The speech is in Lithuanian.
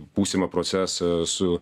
būsimą procesą su